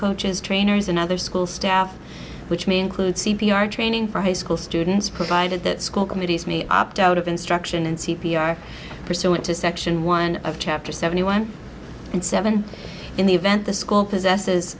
coaches trainers and other school staff which may include c p r training for high school students provided that school committees me opt out of instruction and c p r pursuant to section one of chapter seventy one and seven in the event the school possesses